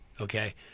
Okay